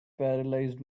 paralysed